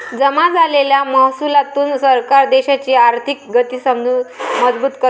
जमा झालेल्या महसुलातून सरकार देशाची आर्थिक गती मजबूत करते